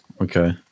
Okay